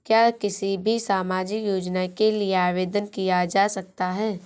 क्या किसी भी सामाजिक योजना के लिए आवेदन किया जा सकता है?